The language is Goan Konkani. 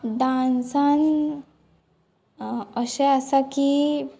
डांसान अशें आसा की